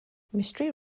mystery